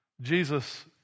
Jesus